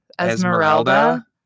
Esmeralda